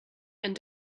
and